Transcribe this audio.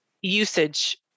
usage